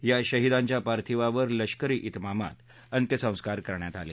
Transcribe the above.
या शहिदांच्या पार्थिवावर लष्करी त्रिमामात अंत्यसंस्कार करण्यात आले